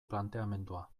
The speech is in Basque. planteamendua